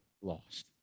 lost